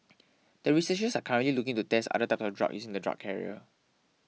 the researchers are currently looking to test other types of drugs using the drug carrier